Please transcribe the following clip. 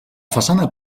façana